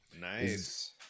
Nice